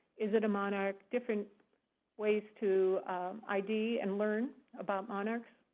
is it a monarch, different ways to id and learn about monarchs,